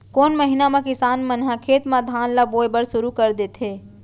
कोन महीना मा किसान मन ह खेत म धान ला बोये बर शुरू कर देथे?